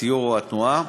הסיור או התנועה.